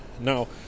Now